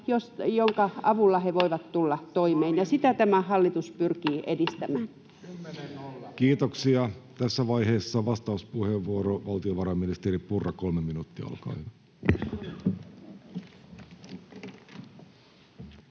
jonka avulla voi tulla toimeen, ja sitä tämä hallitus pyrkii edistämään. [Eduskunnasta: 10—0!] Kiitoksia. — Tässä vaiheessa vastauspuheenvuoro, valtiovarainministeri Purra, kolme minuuttia, olkaa hyvä.